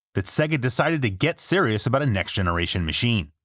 that sega decided to get serious about a next-generation machine.